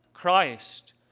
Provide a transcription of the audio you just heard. Christ